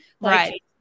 Right